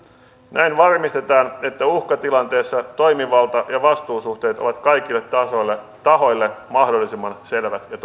näin varmistetaan että uhkatilanteessa toimivalta ja vastuusuhteet ovat kaikille tahoille mahdollisimman selvät ja